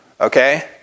okay